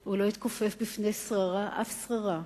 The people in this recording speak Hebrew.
הוא לא התכופף בפני שררה, אף שררה,